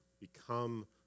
become